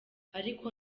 ariko